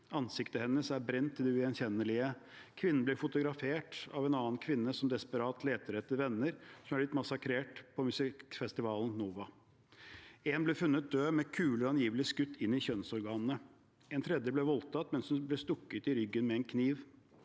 Ansiktet hennes er brent til det ugjenkjennelige. Kvinnen blir fotografert av en annen kvinne som desperat leter etter venner som er blitt massakrert på musikkfestivalen Nova. En ble funnet død, med kuler angivelig skutt inn i kjønnsorganene. En tredje ble voldtatt mens hun ble stukket i ryggen med en kniv.